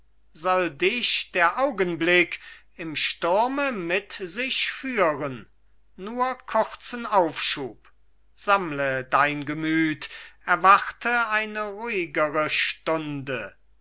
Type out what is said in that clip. soll dich der augenblick im sturme mit sich führen nur kurzen aufschub sammle dein gemüt erwarte eine ruhigere stunde